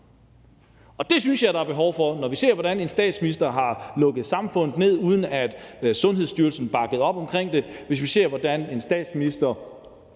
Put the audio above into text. og det synes jeg der er behov for, når vi har set, hvordan en statsminister lukkede samfundet ned, uden at Sundhedsstyrelsen bakkede op om det; når vi har set, hvordan en statsminister